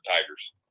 Tigers